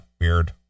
weird